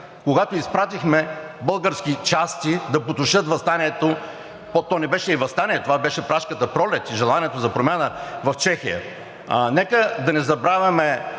когато изпратихме български части да потушат въстанието – то не беше и въстание, това беше Пражката пролет и желанието за промяна в Чехия? Нека да не забравяме